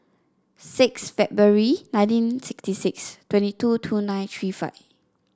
six February nineteen sixty six twenty two two nine three five